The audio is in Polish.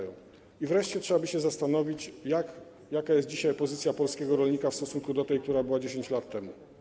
I wreszcie trzeba by się zastanowić, jaka jest dzisiaj pozycja polskiego rolnika w stosunku do tej, która była 10 lat temu.